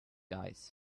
guys